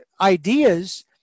ideas